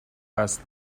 وزن